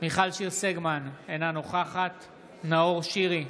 מיכל שיר סגמן, אינה נוכחת נאור שירי,